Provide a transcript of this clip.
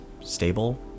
stable